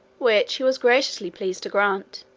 which he was graciously pleased to grant,